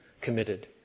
Committed